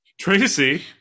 Tracy